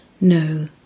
No